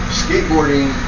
skateboarding